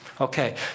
Okay